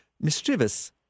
Mischievous